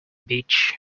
beach